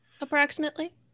approximately